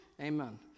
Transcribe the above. Amen